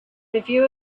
review